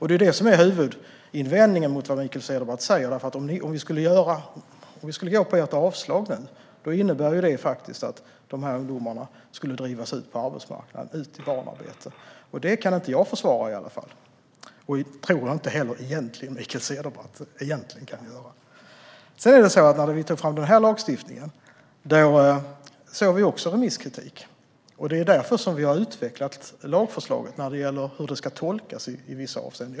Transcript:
Det är huvudinvändningen mot vad Mikael Cederbratt säger, för om vi skulle gå på ert avslag nu skulle det faktiskt innebära att de här ungdomarna skulle drivas ut på arbetsmarknaden och ut i barnarbete. Det kan i alla fall inte jag försvara, och jag tror inte att Mikael Cederbratt egentligen heller kan göra det. När vi tog fram den här lagstiftningen såg vi också remisskritik. Det är därför som vi har utvecklat lagförslaget när det gäller hur det ska tolkas i vissa avseenden.